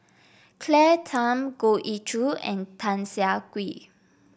Claire Tham Goh Ee Choo and Tan Siah Kwee